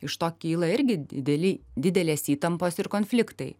iš to kyla irgi dideli didelės įtampos ir konfliktai